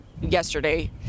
yesterday